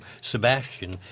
Sebastian